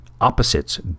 Opposites